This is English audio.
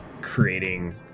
creating